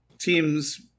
teams